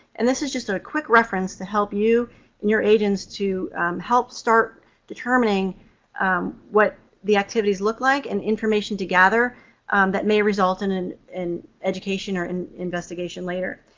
and this is just a quick reference to help you and your agents to help start determining what the activities look like and information to gather that may result in and in education or in investigation later.